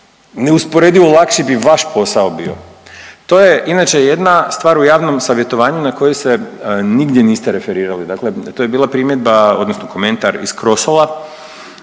neusporedivo lakši bi vaš posao bio. To je inače jedna stvar u javnom savjetovanju na koju se nigdje niste referirali. Dakle, to je bila primjedba odnosno komentar i Crosola